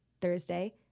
Thursday